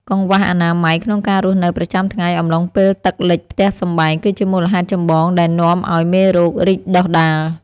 កង្វះអនាម័យក្នុងការរស់នៅប្រចាំថ្ងៃអំឡុងពេលទឹកលិចផ្ទះសម្បែងគឺជាមូលហេតុចម្បងដែលនាំឱ្យមេរោគរីកដុះដាល។